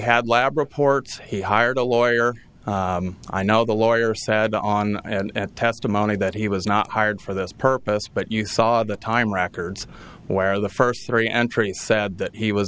had lab reports he hired a lawyer i know the lawyer said on and testimony that he was not hired for this purpose but you saw the time records where the first three entries said that he was